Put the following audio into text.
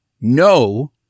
No